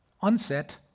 onset